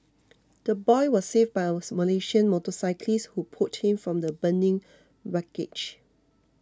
the boy was saved by a Malaysian motorcyclist who pulled him from the burning wreckage